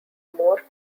more